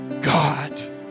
God